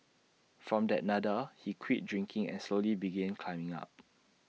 from that Nadir he quit drinking and slowly began climbing up